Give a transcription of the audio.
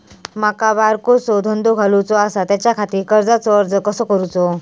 माका बारकोसो धंदो घालुचो आसा त्याच्याखाती कर्जाचो अर्ज कसो करूचो?